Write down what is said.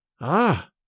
Ah